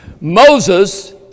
Moses